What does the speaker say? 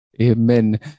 Amen